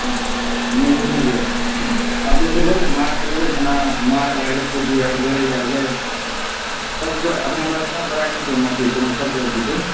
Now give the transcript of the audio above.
हँ नहि ओ नहि यऽ आ दोसर लेबै मारा सब लेबै जन्ना मारा भए गेलै पोठी भए गेलै गड़ैय भए गेलै सब कोइ अपना पास सब भराइटीके माँछ रहै छै माने सब क्वालटीके